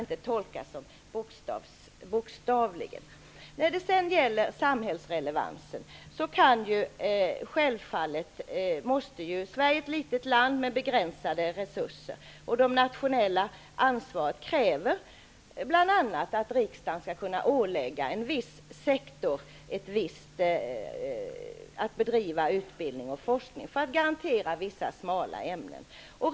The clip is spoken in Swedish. Vitterhetsakademien är omnämnd bara som exempel, som inte skall tolkas alltför bokstavligt. Sverige är ett litet land med begränsade resurser. Det nationella ansvaret kräver bl.a. att riksdagen skall kunna ålägga en viss sektor att bedriva forskning och utbildning i syfte att garantera vissa smala ämnesområden.